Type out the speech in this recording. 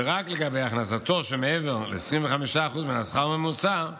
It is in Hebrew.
ורק לגבי הכנסתו שמעבר ל-25% מהשכר הממוצע,